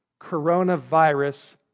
coronavirus